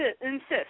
insist